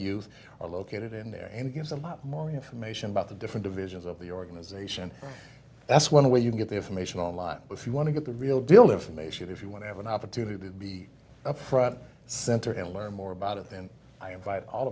are located in there and gives a lot more information about the different divisions of the organization that's one way you can get the information online if you want to get the real deal information if you want to have an opportunity to be a profit center and learn more about it than i invite all